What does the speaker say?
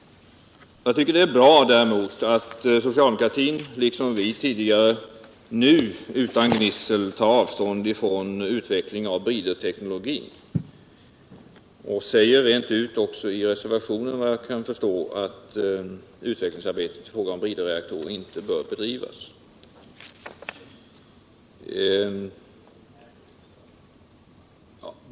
Jag tycker däremot att det är bra att socialdemokratin, liksom vi tidigare, nu utan gnissel tar avstånd från utvecklingen av bridteknologin och säger rent ut i reservationen, såvitt jag kan förstå, att utvecklingsarbetet beträffande bridreaktorn inte bör bedrivas.